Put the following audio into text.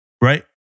right